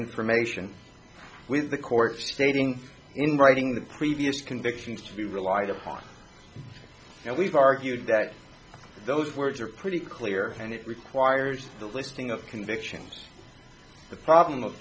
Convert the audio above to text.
information with the court stating in writing the previous convictions to be relied upon and we've argued that those words are pretty clear and it requires the listing of convictions the problem of